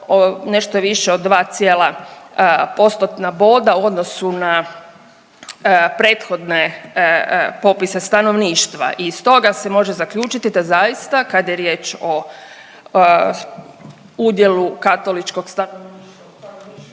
nešto više od 2 cijela postotna boda u odnosu na prethodne popise stanovništva. I iz toga se može zaključiti da zaista kada je riječ o udjelu katoličkog stanovništva